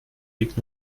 liegt